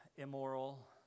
immoral